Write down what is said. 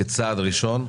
כצעד ראשון.